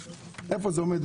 איפה זה עומד?